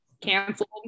canceled